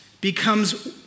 becomes